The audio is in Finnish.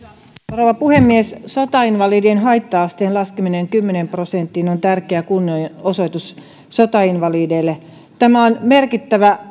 rouva puhemies sotainvalidien haitta asteen laskeminen kymmeneen prosenttiin on tärkeä kunnianosoitus sotainvalideille tämä on merkittävä